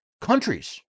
countries